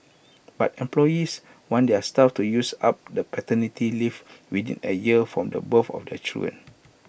but employees want their staff to use up the paternity leave within A year from the birth of their children